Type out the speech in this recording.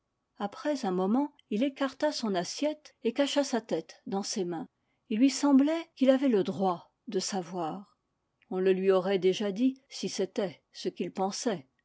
après un moment il écarta son assiette et cacha sa tête dans ses mains il lui semblait qu'il avait le droit de savoir on le lui aurait déjà dit si c'était ce qu'il pensait